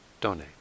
donate